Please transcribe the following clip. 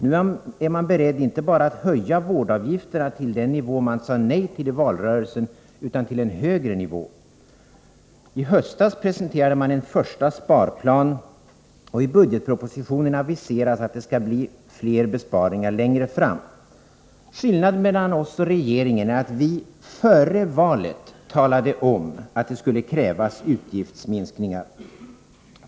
Nu är man beredd inte bara att höja vårdavgifterna till den nivå man sade nej till i valrörelsen utan till en högre nivå. I höstas presenterade man en första sparplan, och i budgetpropositionen aviserades att det skulle bli fler besparingar längre fram. Skillnaden mellan oss och regeringen är att vi före valet talade om att det skulle krävas utgiftsminskningar.